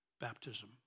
baptism